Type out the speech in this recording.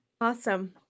Awesome